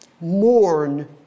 mourn